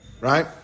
right